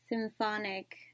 symphonic